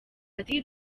ati